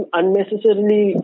unnecessarily